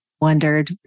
wondered